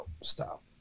stop